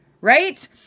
right